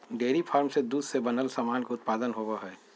dairy farm से दूध से बनल सामान के उत्पादन होवो हय